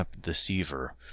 deceiver